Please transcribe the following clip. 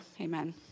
Amen